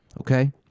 Okay